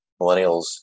millennials